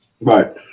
Right